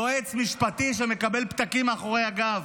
יועץ משפטי שמקבל פתקים מאחורי הגב.